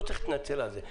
לא צריך להתנצל על זה.